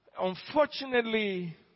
Unfortunately